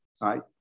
right